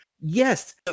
yes